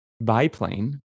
biplane